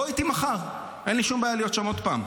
בוא איתי מחר, אין לי שום בעיה להיות שם עוד פעם.